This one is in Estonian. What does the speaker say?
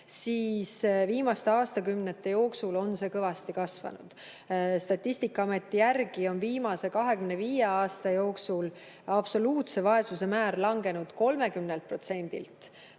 et] viimaste aastakümnete jooksul on see kõvasti kasvanud. Statistikaameti järgi on viimase 25 aasta jooksul absoluutse vaesuse määr langenud 30%‑lt